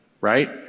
right